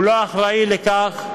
הוא לא אחראי לכך,